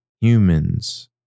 Humans